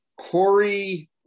Corey